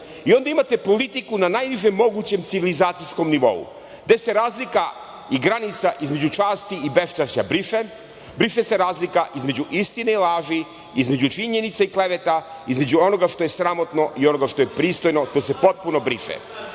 Onda imate politiku na najnižem mogućem civilizacijskom nivou, gde se razlika i granica između časti i beščašća briše, briše se razlika između istine i laži, između činjenice i kleveta, između onoga što je sramotno i onoga što je pristojno, to se potpuno briše.